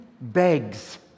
begs